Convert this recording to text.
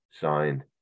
signed